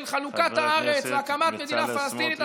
של חלוקת הארץ והקמת מדינה פלסטינית,